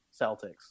Celtics